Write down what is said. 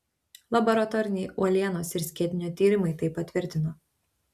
laboratoriniai uolienos ir skiedinio tyrimai tai patvirtino